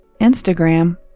Instagram